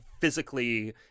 physically